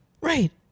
Right